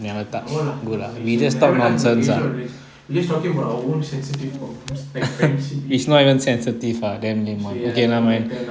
no lah no racial we never touch malaysia or race we just talking about our own sensitive problems back doesn't matter now